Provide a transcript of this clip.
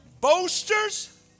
Boasters